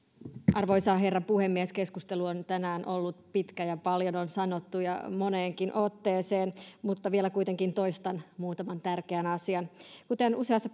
arvoisa herra puhemies keskustelu on tänään ollut pitkä ja paljon on sanottu ja moneenkin otteeseen mutta vielä kuitenkin toistan muutaman tärkeän asian kuten useassa